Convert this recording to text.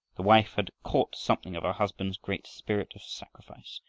the wife had caught something of her husband's great spirit of sacrifice,